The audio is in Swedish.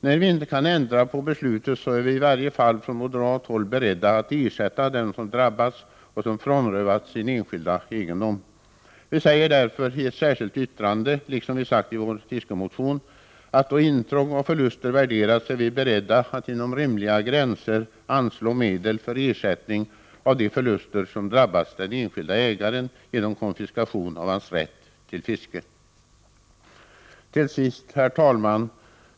När vi inte kan ändra beslutet är vi i varje fall på moderat håll beredda att stödja krav på ersättning till dem som drabbats och som frånrövats sin enskilda egendom. Vi säger därför i ett särskilt yttrande, liksom vi sagt i vår fiskemotion, att då intrång och förluster värderats är vi beredda att inom rimliga gränser anslå medel för ersättning av de förluster som drabbat den enskilde ägaren genom konfiskationen av hans rätt till fiske. Till sist, herr talman!